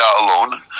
alone